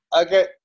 Okay